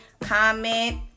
comment